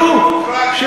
תודו, תן לסיים.